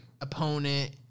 opponent